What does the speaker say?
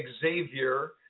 Xavier